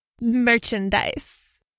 merchandise